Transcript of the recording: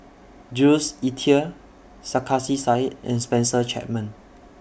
Jules Itier Sarkasi Said and Spencer Chapman